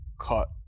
cut